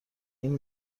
این